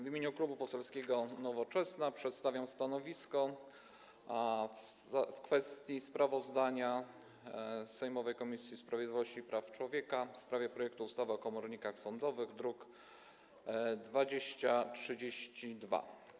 W imieniu Klubu Poselskiego Nowoczesna przedstawiam stanowisko w kwestii sprawozdania sejmowej Komisji Sprawiedliwości i Praw Człowieka w sprawie projektu ustawy o komornikach sądowych, druk nr 2032.